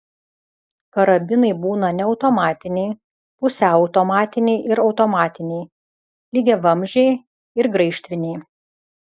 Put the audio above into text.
karabinai būna neautomatiniai pusiau automatiniai ir automatiniai lygiavamzdžiai ir graižtviniai